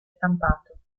stampato